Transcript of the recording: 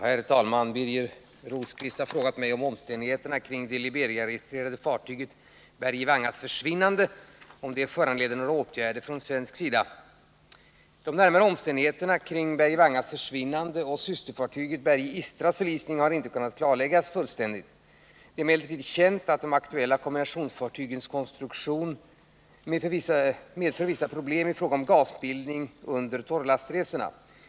Herr talman! Birger Rosqvist har frågat mig om omständigheterna kring det Liberiaregistrerade fartyget Berge Vangas försvinnande föranleder några åtgärder från svensk sida. De närmare omständigheterna kring Berge Vangas försvinnande och systerfartyget Berge Istras förlisning har inte kunnat klarläggas fullständigt. Det är emellertid känt att de aktuella kombinationsfartygens konstruktion medför vissa problem i fråga om gasbildning under torrlastresorna.